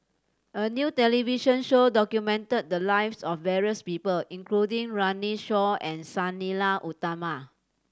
a new television show documented the lives of various people including Runme Shaw and Sang Nila Utama